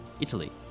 Italy